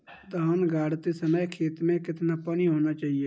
धान गाड़ते समय खेत में कितना पानी होना चाहिए?